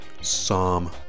Psalm